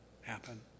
happen